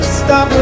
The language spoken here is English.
stop